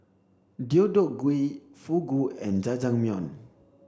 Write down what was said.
Deodeok Gui Fugu and Jajangmyeon